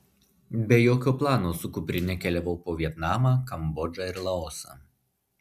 be jokio plano su kuprine keliavau po vietnamą kambodžą ir laosą